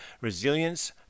resilience